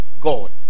God